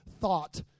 thought